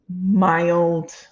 mild